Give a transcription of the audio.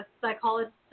psychologist